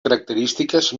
característiques